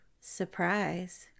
surprise